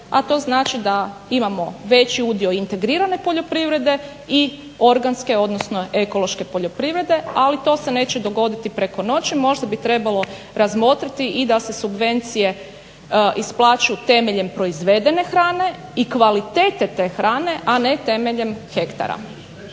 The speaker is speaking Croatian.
a to znači da imamo veći udio integrirane poljoprivrede i organske odnosno ekološke poljoprivrede. Ali to se neće dogoditi preko noći, možda bi trebalo razmotriti i da se subvencije isplaćuju temeljem proizvedene hrane i kvalitete te hrane,a ne temeljem hektara.